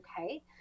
okay